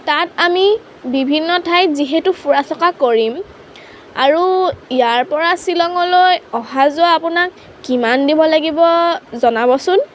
তাত আমি বিভিন্ন ঠাইত যিহেতু ফুৰা চকা কৰিম আৰু ইয়াৰ পৰা শ্বিলঙলৈ অহা যোৱা আপোনাক কিমান দিব লাগিব জনাবচোন